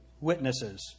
Witnesses